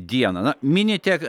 dieną na minite